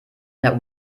der